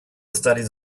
studies